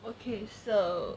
okay so